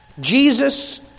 Jesus